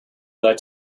led